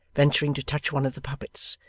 venturing to touch one of the puppets,